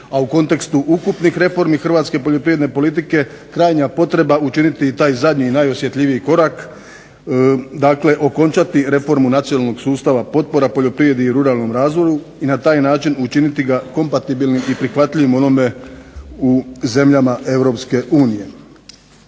a u kontekstu ukupnih reformi hrvatske poljoprivredne politike krajnja je potreba učiniti taj zadnji i najosjetljiviji korak, dakle okončati Reformu nacionalnog sustava potpora poljoprivredi i ruralnom razvoju i na taj način učiniti ga kompatibilnim i prihvatljivim onome u zemljama